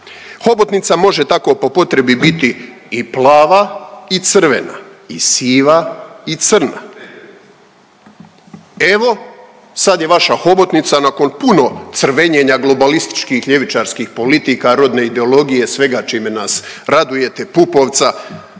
Hobotnica može tako po potrebi biti i plava i crvena i siva i crna. Evo sad je vaša hobotnica nakon puno crvenjenja globalističkih ljevičarskih politika, rodne ideologije svega čime nas radujete Pupovca